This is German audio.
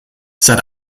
seit